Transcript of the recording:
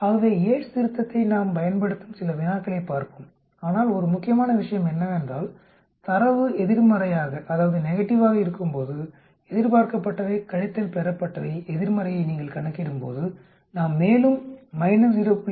ஆகவே யேட்ஸ் திருத்தத்தை நாம் பயன்படுத்தும் சில வினாக்களைப் பார்ப்போம் ஆனால் ஒரு முக்கியமான விஷயம் என்னவென்றால் தரவு எதிர்மறையாக இருக்கும்போது எதிர்பார்க்கப்பட்டவை கழித்தல் பெறப்பட்டவை எதிர்மறையை நீங்கள் கணக்கிடும்போது நாம் மேலும் மைனஸ் 0